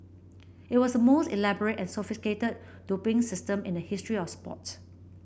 it was the most elaborate and sophisticated doping system in the history of sports